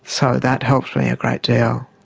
so that helped me a great deal.